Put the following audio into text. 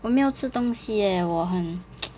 我没有吃东西 eh 我很